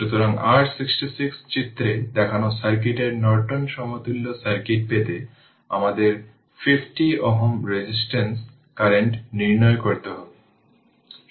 সুতরাং r 66 চিত্রে দেখানো সার্কিটের নর্টন সমতুল্য সার্কিট পেতে আমাদের 50 Ω রেজিস্টেন্সে কারেন্ট নির্ণয় করতে হবে